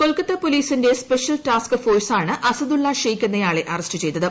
കൊൽക്കത്ത പോലീസിന്റെ special task ഫോഴ് സാണ് അസദുള്ള ഷെയ്ക്ക് എന്നയാളെ അറസ്റ്റ് ചെയ്തത്